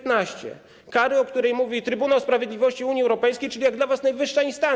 Kary, o której mówi Trybunał Sprawiedliwości Unii Europejskiej, czyli jak dla was najwyższa instancja.